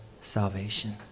salvation